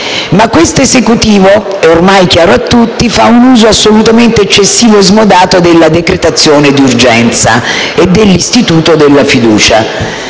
Ma questo Esecutivo, è ormai chiaro a tutti, fa un uso assolutamente eccessivo e smodato della decretazione di urgenza e dell'istituto della fiducia,